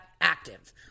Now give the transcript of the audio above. active